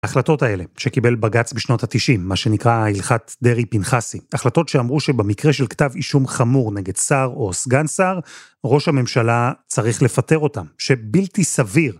החלטות האלה שקיבל בג"ץ בשנות התשעים, מה שנקרא הלכת דרעי-פנחסי. החלטות שאמרו שבמקרה של כתב אישום חמור נגד שר או סגן שר, ראש הממשלה צריך לפטר אותם, שבלתי סביר...